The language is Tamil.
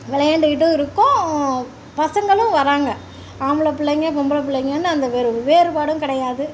விளையாண்டுக்கிட்டு இருக்கோம் பசங்கள் வராங்கள் ஆம்பள பிள்ளைங்க பொம்பளை பிள்ளைங்கன்னு அந்த வேறு வேறுபாடும் கிடையாது